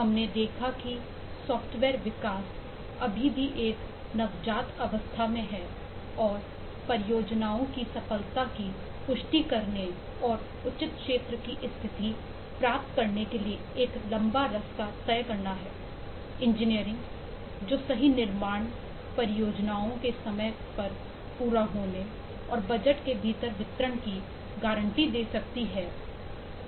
हमने देखा कि सॉफ्टवेयर विकास अभी भी एक नवजात अवस्था में है और परियोजनाओं की सफलता की पुष्टि करने और उचित क्षेत्र की स्थिति प्राप्त करने के लिए एक लंबा रास्ता तय करना है इंजीनियरिंग जो सही निर्माण परियोजनाओं के समय पर पूरा होने और बजट के भीतर वितरण की गारंटी दे सकती है